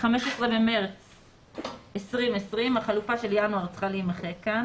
(15 במרס 2020)" החלופה של ינואר צריכה להימחק כאן